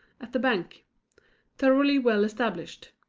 at the bank thoroughly well-established.